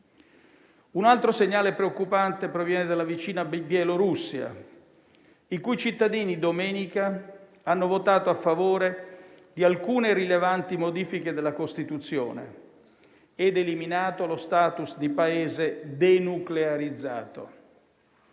Un altro segnale preoccupante proviene dalla vicina Bielorussia, i cui cittadini domenica hanno votato a favore di alcune rilevanti modifiche della Costituzione ed eliminato lo *status* di Paese denuclearizzato.